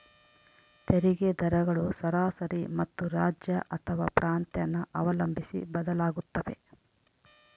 ತೆರಿಗೆ ದರಗಳು ಸರಾಸರಿ ಮತ್ತು ರಾಜ್ಯ ಅಥವಾ ಪ್ರಾಂತ್ಯನ ಅವಲಂಬಿಸಿ ಬದಲಾಗುತ್ತವೆ